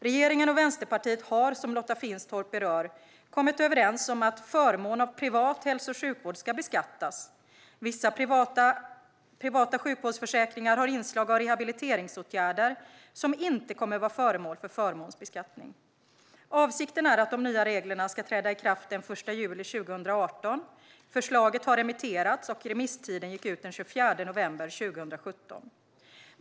Regeringen och Vänsterpartiet har, som Lotta Finstorp berör, kommit överens om att förmån av privat hälso och sjukvård ska beskattas. Vissa privata sjukvårdsförsäkringar har inslag av rehabiliteringsåtgärder som inte kommer att vara föremål för förmånsbeskattning. Avsikten är att de nya reglerna ska träda i kraft den 1 juli 2018. Förslaget har remitterats, och remisstiden gick ut den 24 november 2017.